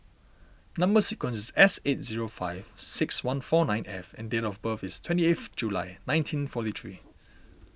Number Sequence is S eight zero five six one four nine F and date of birth is twenty eighth July nineteen forty three